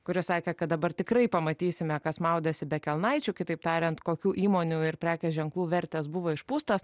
kuris sakė kad dabar tikrai pamatysime kas maudėsi be kelnaičių kitaip tariant kokių įmonių ir prekės ženklų vertės buvo išpūstos